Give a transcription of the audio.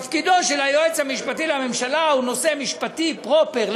תפקידו של היועץ המשפטי לממשלה הוא נושא משפטי פרופר.